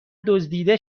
دزدیده